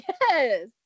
yes